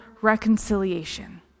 reconciliation